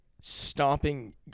stomping